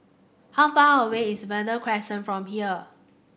how far away is Verde Crescent from here